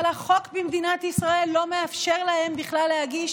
אבל החוק במדינת ישראל לא מאפשר להם בכלל להגיש